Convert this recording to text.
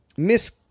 Miss